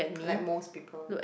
like most people